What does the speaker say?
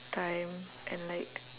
time and like